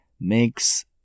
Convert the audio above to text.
makes